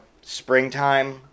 springtime